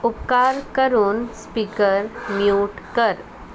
उपकार करून speaker mute कर